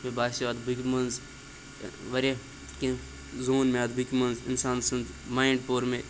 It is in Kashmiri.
مےٚ باسیو اَتھ بُکہِ منٛز واریاہ کیٚنٛہہ زون مےٚ اَتھ بُکہِ منٛز اِنسان سُنٛد مایِنٛڈ پوٚر مےٚ